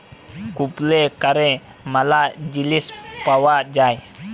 কুপলে ক্যরে ম্যালা জিলিস পাউয়া যায়